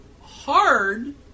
hard